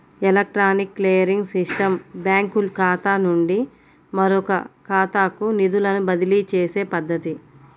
electronic clearing system బ్యాంకుఖాతా నుండి మరొకఖాతాకు నిధులను బదిలీచేసే పద్ధతి